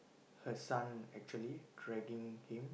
her son actually dragging him